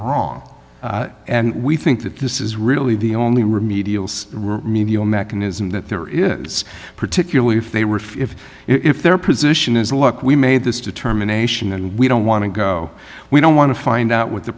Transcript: wrong and we think that this is really the only remedial remedial mechanism that there is particularly if they were if if their position is look we made this determination and we don't want to go we don't want to find out what the